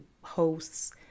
hosts